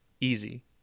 easy